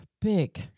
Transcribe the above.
Big